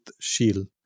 Shield